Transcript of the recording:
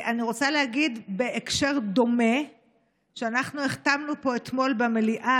בהקשר דומה אני רוצה להגיד שהחתמנו אתמול במליאה,